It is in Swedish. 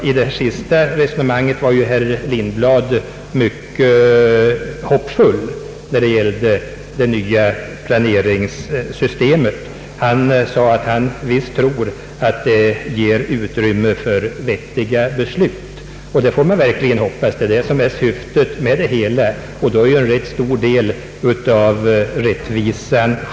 I sitt senaste inlägg var herr Lindblad mycket hoppfull beträffande det nya planeringssystemet. Han sade att han visst tror att det ger utrymme för vettiga beslut. Det får man verkligen hoppas eftersom detta är syftet med det hela. Då är rättvisa skipad i ganska hög grad.